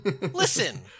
Listen